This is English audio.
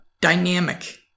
dynamic